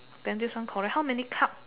then this one correct how many cup